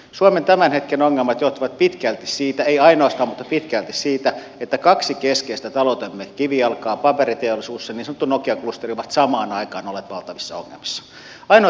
suomen tämän hetken ongelmat johtuvat pitkälti ei ainoastaan mutta pitkälti siitä että kaksi keskeistä taloutemme kivijalkaa paperiteollisuus ja niin sanottu nokia klusteri ovat samaan aikaan olleet valtavissa ongelmissa